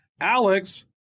Alex